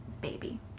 baby